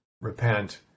repent